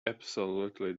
absolutely